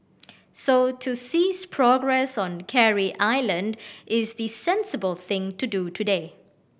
so to cease progress on Carey Island is the sensible thing to do today